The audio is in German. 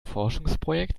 forschungsprojekt